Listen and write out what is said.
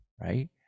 right